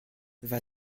vas